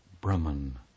Brahman